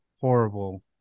horrible